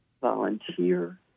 volunteer